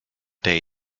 day